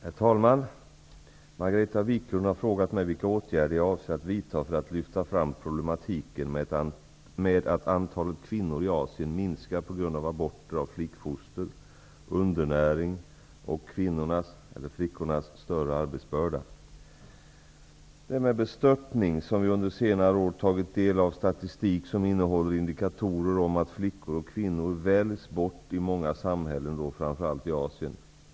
Herr talman! Margareta Viklund har frågat mig vilka åtgärder jag avser att vidta för att lyfta fram problematiken med att antalet kvinnor i Asien minskar på grund av aborter av flickfoster, undernäring och kvinnornas/flickornas större arbetsbörda. Det är med bestörtning som vi under senare år tagit del av statistik som innehåller indikatorer om att flickor och kvinnor väljs bort i många samhällen och då framför allt i Asien.